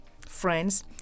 Friends